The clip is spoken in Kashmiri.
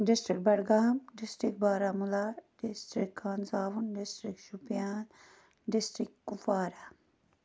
district Budgam district Baramulla district Khansahib district Shopian district Kupwara